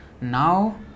now